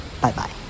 Bye-bye